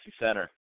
center